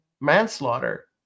manslaughter